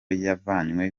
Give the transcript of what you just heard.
yavanywe